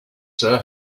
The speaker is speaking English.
sir